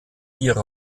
ihre